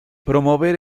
promover